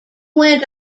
went